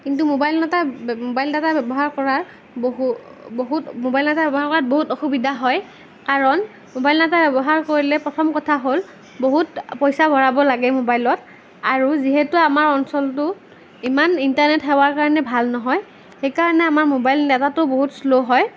কিন্তু mobile data ব্যৱ mobile data ব্যৱহাৰ কৰাৰ বহু বহুত মোবাইল ডাটা ব্যৱহাৰ কৰাত বহুত অসুবিধা হয় কাৰণ মোবাইল ডাটা ব্যৱহাৰ কৰিলে প্ৰথম কথা হ'ল বহুত পইচা ভৰাব লাগে মোবাইলত আৰু যিহেতু আমাৰ অঞ্চলটো ইমান ইন্টাৰনেট সেৱাৰ কাৰণে ভাল নহয় সেই কাৰণে আমাৰ মোবাইল ডাটাটো বহুত শ্ল' হয়